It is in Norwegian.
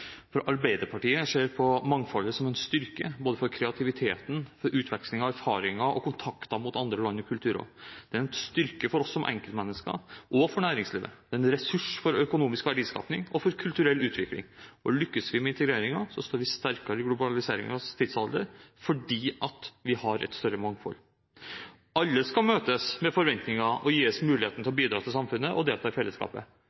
Arbeiderpartiet ser på mangfold som en styrke, både for kreativiteten, for utveksling av erfaringer og i kontakten med andre lands kulturer. Det er en styrke for oss som enkeltmennesker og for næringslivet, og det er en ressurs for økonomisk verdiskaping og for kulturell utvikling. Lykkes vi med integreringen, står vi sterkere i globaliseringens tidsalder, fordi vi har et større mangfold. Alle skal møtes med forventninger og gis muligheten til